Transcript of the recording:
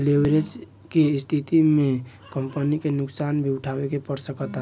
leverage के स्थिति में कंपनी के नुकसान भी उठावे के पड़ सकता